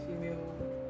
female